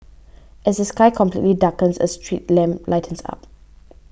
as the sky completely darkens a street lamp lights up